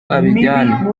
abijyane